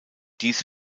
dies